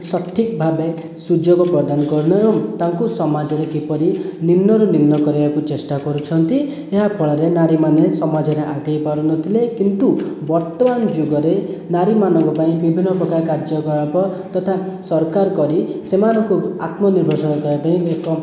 ସଠିକ୍ ଭାବେ ସୁଯୋଗ ପ୍ରଦାନ କରୁନାହୁଁ ଏବଂ ତାଙ୍କୁ ସମାଜରେ କିପରି ନିମ୍ନରୁ ନିମ୍ନ କରାଇବାକୁ ଚେଷ୍ଟା କରୁଛନ୍ତି ଏହା ଫଳରେ ନାରୀମାନେ ସମାଜରେ ଆଗେଇ ପାରୁନଥିଲେ କିନ୍ତୁ ବର୍ତ୍ତମାନ ଯୁଗରେ ନାରୀମାନଙ୍କ ପାଇଁ ବିଭିନ୍ନ ପ୍ରକାର କାର୍ଯ୍ୟକଳାପ ତଥା ସରକାର କରି ସେମାନଙ୍କୁ ଆତ୍ମନିର୍ଭରଶୀଳ କରିବା ପାଇଁ ଏକ